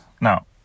Now